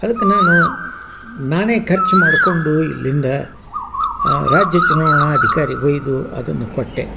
ಅದಕ್ಕೆ ನಾನು ನಾನೇ ಖರ್ಚು ಮಾಡಿಕೊಂಡು ಇಲ್ಲಿಂದ ರಾಜ್ಯ ಚುನಾವಣಾ ಅಧಿಕಾರಿಗೊಯ್ದು ಅದನ್ನು ಕೊಟ್ಟೆ